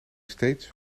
steeds